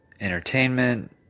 entertainment